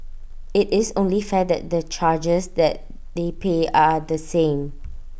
IT is only fair that the charges that they pay are the same